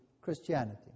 Christianity